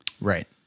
right